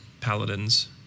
Paladins